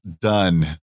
done